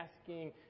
asking